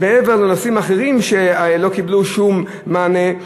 מעבר לנושאים אחרים שלא קיבלו שום מענה,